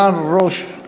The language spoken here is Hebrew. סגן ראש,